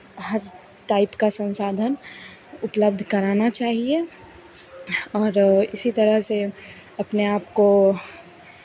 हर type का संसाधन उपलब्ध कराना चाहिए और इसी तरह से अपने आपको